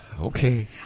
Okay